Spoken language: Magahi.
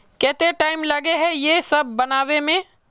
केते टाइम लगे है ये सब बनावे में?